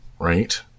right